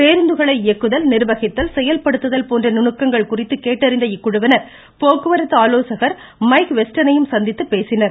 பேருந்துகளை இயக்குதல் நிர்வகித்தல் செயல்படுத்துதல் போன்ற நுணுக்கங்கள் குறித்து கேட்டறிந்த இக்குழுவினா் போக்குவரத்து ஆலோசகா் மைக் வெஸ்டனையும் சந்தித்து பேசினர்